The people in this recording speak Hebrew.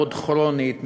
מאוד כרונית,